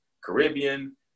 Caribbean